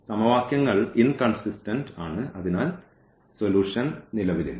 സമവാക്യങ്ങൾ ഇൻകോൺസിസ്റ്റന്റ് ആണ് അതിനാൽ സൊലൂഷൻ നിലവിലില്ല